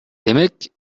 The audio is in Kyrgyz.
демек